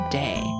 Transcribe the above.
day